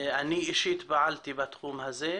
אני אישית פעלתי בתחום הזה.